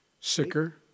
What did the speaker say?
sicker